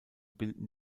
bilden